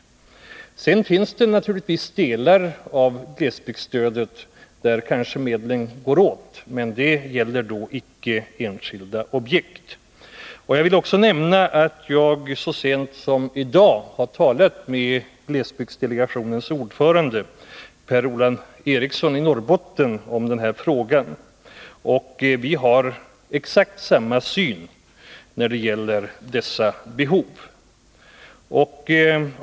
Sedan finns det naturligtvis delar av glesbygdsstödet, där kanske medlen går åt, men det gäller då icke enskilda objekt. Jag vill också nämna att jag så sent som i dag har talat med glesbygdsdelegationens ordförande Per-Ola Eriksson i Norrbotten om denna fråga, och vi har exakt samma syn när det gäller dessa behov.